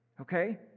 Okay